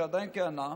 שעדיין כיהנה,